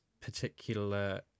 particular